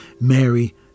Mary